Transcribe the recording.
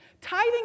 Tithing